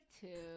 two